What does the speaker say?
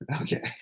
Okay